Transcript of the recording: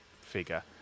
figure